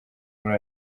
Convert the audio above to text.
muri